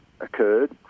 occurred